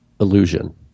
illusion